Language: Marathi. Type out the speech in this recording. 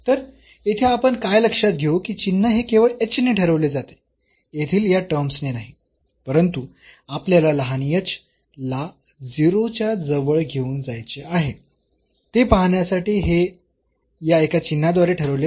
तर येथे आपण काय लक्षात घेऊ की चिन्ह हे केवळ h ने ठरवले जाते येथील या टर्म्स ने नाही परंतु आपल्याला लहान h ला 0 च्या जवळ घेऊन जायचे आहे ते पाहण्यासाठी हे या एका चिन्हाद्वारे ठरवले जाईल